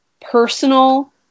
personal